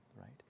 right